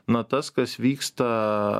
na tas kas vyksta